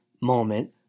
moment